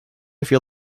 feel